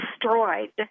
destroyed